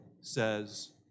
says